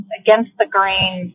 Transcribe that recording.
against-the-grain